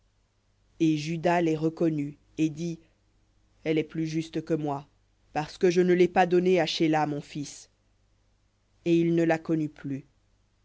et juda reconnut et dit elle est plus juste que moi parce que je ne l'ai pas donnée à shéla mon fils et il ne la connut plus